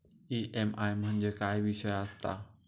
EMI म्हणजे काय विषय आसता?